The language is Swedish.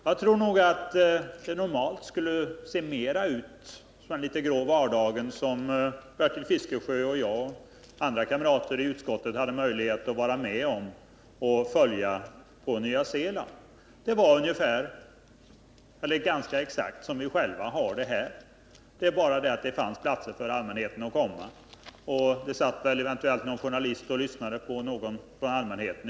Jag tror emellertid att det normalt skulle likna den grå vardag som Bertil Fiskesjö, jag och andra kamrater i utskottet hade möjlighet att följa på Nya Zeeland: Det var ganska exakt så som vi själva har det här i Sverige. Det var bara det att det fanns plats för allmänheten, och det satt eventuellt någon journalist där och lyssnade.